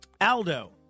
Aldo